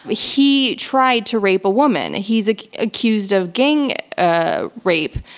ah he tried to rape a woman. he's accused of gang ah rape,